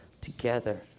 together